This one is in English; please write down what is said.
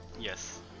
Yes